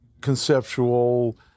conceptual